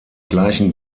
gleichen